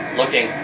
looking